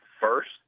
first